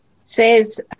says